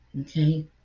Okay